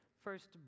first